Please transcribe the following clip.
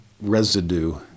residue